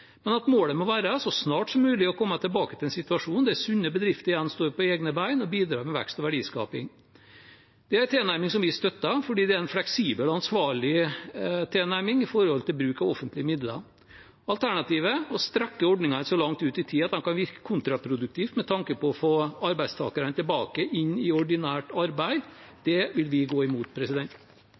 men at målet må være så snart som mulig å komme tilbake til en situasjon der sunne bedrifter igjen står på egne ben og bidrar med vekst og verdiskaping. Det er en tilnærming vi støtter, for det er en fleksibel og ansvarlig tilnærming til bruk av offentlige midler. Alternativet – å strekke ordningene så langt ut i tid at de kan virke kontraproduktivt med tanke på å få arbeidstakerne tilbake inn i ordinært arbeid – vil vi gå imot.